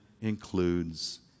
includes